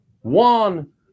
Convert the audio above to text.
One